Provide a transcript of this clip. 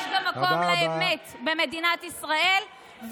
יש גם מקום לאמת במדינת ישראל,